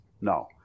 No